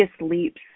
leaps